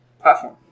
platform